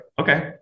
Okay